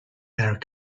air